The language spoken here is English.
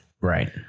Right